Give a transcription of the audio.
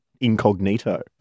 incognito